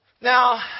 Now